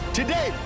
Today